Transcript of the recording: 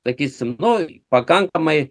sakysim nu pakankamai